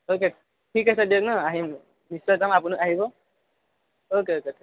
okay ঠিক আছে দিয়ক ন আহিব নিশ্চয় যাম আপুনিও আহিব অ'কে অ'কে